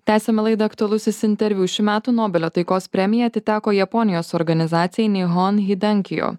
tęsiame laidą aktualusis interviu šių metų nobelio taikos premija atiteko japonijos organizacijai nihon hidenkijo